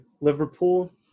Liverpool